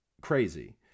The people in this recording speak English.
crazy